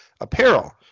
apparel